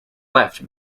left